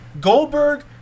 Goldberg